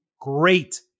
great